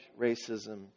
racism